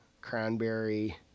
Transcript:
cranberry